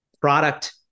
product